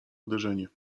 uderzenie